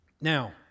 Now